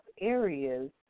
areas